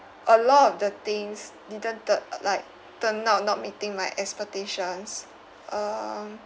a lot of the things didn't tu~ like turned out not meeting my expectations uh